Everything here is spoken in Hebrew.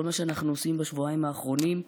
כל מה שאנחנו עושים בשבועיים האחרונים,